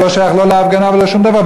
הוא לא שייך לא להפגנה ולא לשום דבר,